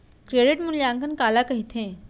Credit मूल्यांकन काला कहिथे?